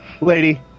Lady